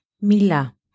Mila